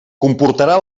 comportarà